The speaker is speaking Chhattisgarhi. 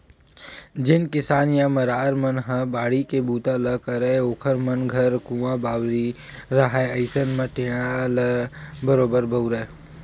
जेन किसान या मरार मन ह बाड़ी के बूता ल करय ओखर मन घर कुँआ बावली रहाय अइसन म टेंड़ा ल बरोबर बउरय